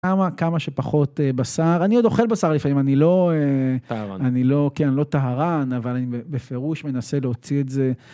כמה, כמה שפחות בשר. אני עוד אוכל בשר לפעמים, אני לא... טהרן. אני לא, כן, אני לא טהרן, אבל אני בפירוש מנסה להוציא את זה...